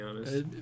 honest